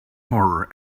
horror